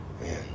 Man